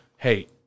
Hey